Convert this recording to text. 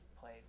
played